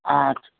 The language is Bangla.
আচ্ছা